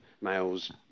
males